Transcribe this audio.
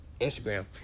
Instagram